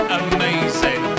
amazing